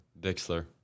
Dixler